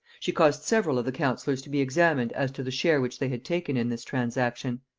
she caused several of the councillors to be examined as to the share which they had taken in this transaction.